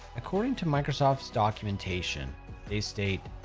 according to microsoft's documentation they state,